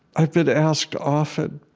i've been asked often,